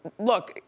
look,